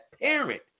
parent